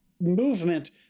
movement